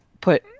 put